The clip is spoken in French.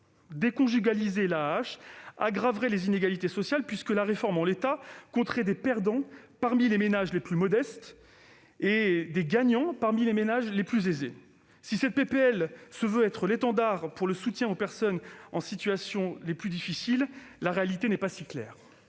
Déconjugaliser l'AAH aggraverait les inégalités sociales, puisque la réforme compterait, en l'état, des perdants parmi les ménages les plus modestes et des gagnants parmi les ménages les plus aisés. Si cette proposition de loi se veut un étendard pour le soutien aux personnes dans les situations les plus difficiles, la réalité n'est pas si claire.